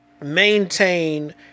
maintain